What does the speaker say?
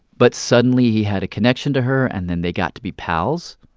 but suddenly, he had a connection to her. and then they got to be pals.